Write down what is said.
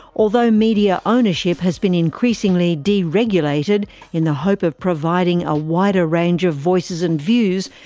although media ownership has been increasingly deregulated in the hope of providing a wider range of voices and views,